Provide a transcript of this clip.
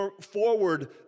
forward